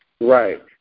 Right